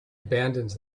abandons